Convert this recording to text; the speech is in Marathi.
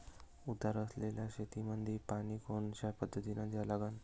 उतार असलेल्या शेतामंदी पानी कोनच्या पद्धतीने द्या लागन?